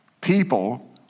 people